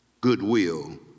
goodwill